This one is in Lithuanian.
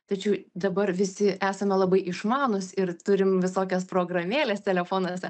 tačiau dabar visi esame labai išmanūs ir turim visokias programėles telefonuose